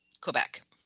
Quebec